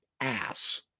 ass